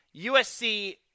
USC